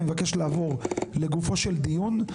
אני מבקש לעבור לגופו של דיון.